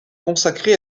consacré